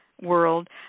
world